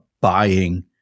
buying